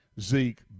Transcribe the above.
Zeke